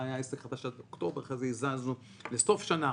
בהתחלה היה עסק חדש עד אוקטובר ואחרי זה הזזנו לסוף שנה,